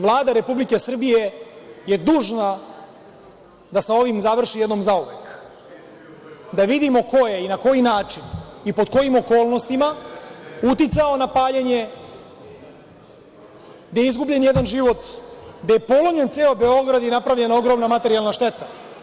Vlada Republike Srbije je dužna da sa ovim završi jednom zauvek, da vidimo ko je i na koji način i pod kojim okolnostima uticao na paljenje, gde je izgubljen jedan život, gde je polomljen ceo Beograd i napravljena ogromna materijalna šteta.